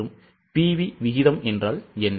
மற்றும் PV விகிதம் என்றால் என்ன